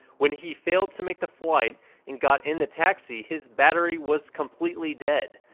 when he failed to make the flight and got in the taxi, his battery was completely dead.